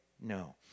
no